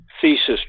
thesis